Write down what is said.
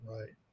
Right